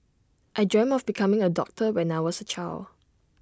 I dreamt of becoming A doctor when I was A child